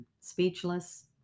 speechless